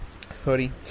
Sorry